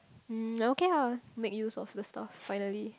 um okay ah make use of the stuff finally